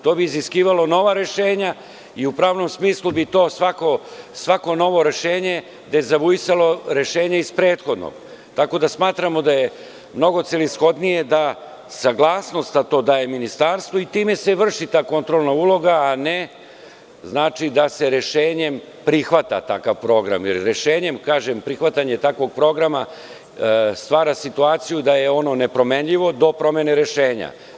To bi iziskivalo nova rešenja i u pravnom sistemu bi to svako novo rešenje dezavuisalo rešenje iz prethodnog, tako da smatramo da je mnogo celishodnije da saglasnost, a to daje Ministarstvo i time se vrši ta kontrolna uloga, a ne znači da se rešenjem prihvata takav program, jer rešenjem, kažem, prihvatanjem takvog programa stvara situaciju da je ono nepromenljivo do promene rešenja.